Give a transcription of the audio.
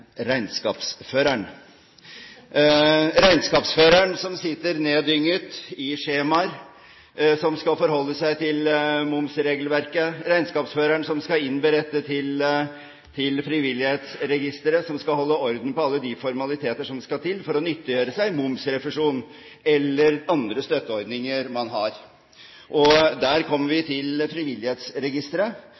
regnskapsføreren som sitter neddynget i skjemaer, som skal forholde seg til momsregelverket, regnskapsføreren som skal innberette til Frivillighetsregisteret, som skal holde orden på alle de formaliteter som skal til for å nyttiggjøre seg momsrefusjon eller andre støtteordninger man har. Og der kommer vi til Frivillighetsregisteret,